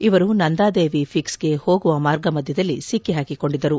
ಇವರು ನಂದಾದೇವಿ ಪಿಕ್ಸ್ಗೆ ಹೋಗುವ ಮಾರ್ಗ ಮಧ್ಯದಲ್ಲಿ ಸಿಕ್ಕಿ ಹಾಕಿಕೊಂಡಿದ್ದರು